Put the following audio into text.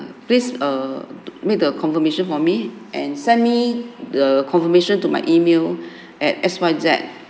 please err make the confirmation for me and send me the confirmation to my email at X Y Z